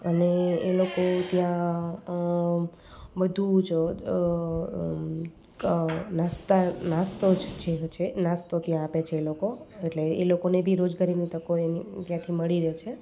અને એ લોકો ત્યાં બધું જ નસ્તો જ છે છે નાસ્તો ત્યાં આપે છે એ લોકો એટલે એ લોકોને બી રોજગારીની તકો એની ત્યાંથી મળી રહે છે